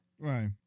Right